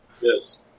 Yes